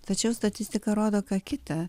tačiau statistika rodo ką kita